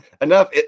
enough